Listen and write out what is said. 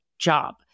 job